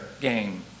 game